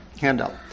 handout